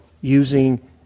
using